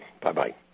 Bye-bye